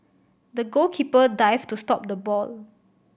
the goalkeeper dived to stop the ball